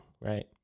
right